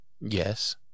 Yes